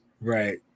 Right